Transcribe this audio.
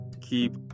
keep